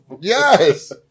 Yes